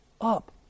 up